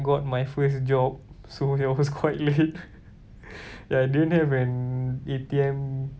got my first job so it was quite late ya I didn't have an A_T_M